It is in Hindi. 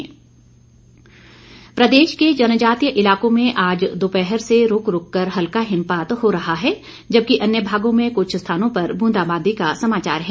मौसम प्रदेश के जनजातीय इलाकों में आज दोपहर से रूक रूक कर हल्का हिमपात हो रहा है जबकि अन्य भागों में कुछ स्थानों पर ब्रंदाबांदी का समाचार है